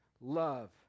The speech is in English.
love